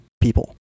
people